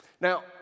Now